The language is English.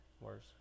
Worse